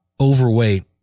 overweight